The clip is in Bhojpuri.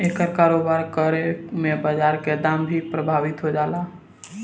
एकर कारोबार करे में बाजार के दाम भी प्रभावित हो जाला